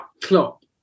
Klopp